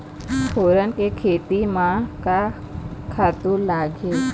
फोरन के खेती म का का खातू लागथे?